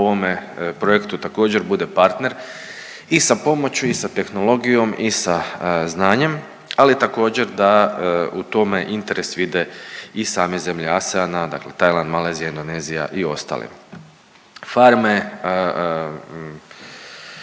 ovome projektu također bude partner i sa pomoći i sa tehnologijom i sa znanjem, ali također da u tome interes vide i same zemlje ASEANA, dakle Tajland, Malezija, Indonezija i ostali. Farme